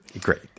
Great